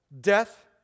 death